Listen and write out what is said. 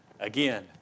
Again